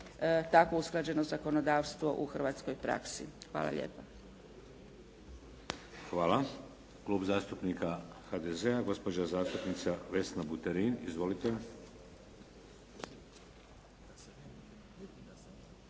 takvu usklađenost zakonodavstva u hrvatskoj praksi. Hvala lijepa. **Šeks, Vladimir (HDZ)** Hvala. Klub zastupnika HDZ-a, gospođa zastupnica Vesna Buterin. Izvolite.